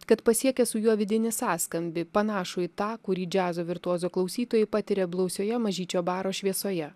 kad pasiekia su juo vidinį sąskambį panašų į tą kurį džiazo virtuozo klausytojai patiria blausioje mažyčio baro šviesoje